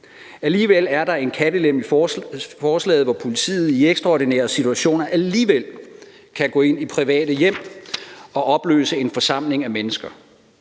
Alligevel er der en kattelem i forslaget, hvor politiet i ekstraordinære situationer kan gå ind i private hjem og opløse en forsamling af mennesker.